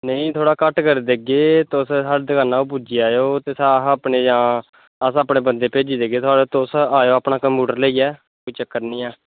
नेई थोड़ा घट्ट करी देगे तुस साढ़ी दकाना र पुज्जी जाओ तोस अस अपनें जां अपने बंदे भेजी देगे तुस आयो अपना कंप्यूटर लेइयै कोई चक्कर निं ऐ